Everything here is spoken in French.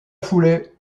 foulée